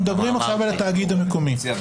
אנחנו מדברים עכשיו על התאגיד המקומי.